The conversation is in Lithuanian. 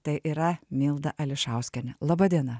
tai yra milda ališauskienė laba diena